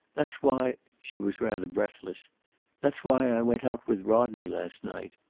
that's why she was rather breathless that's why i went out with rodney last night.